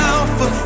Alpha